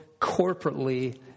corporately